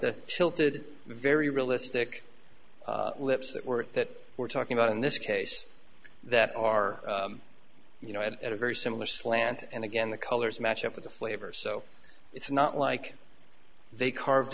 tilted very realistic lips that we're that we're talking about in this case that are you know at a very similar slant and again the colors match up with the flavor so it's not like they carved